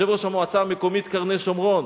יושב-ראש המועצה המקומית קרני-שומרון,